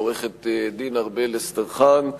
לעורכת-הדין ארבל אסטרחן,